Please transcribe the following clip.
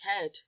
head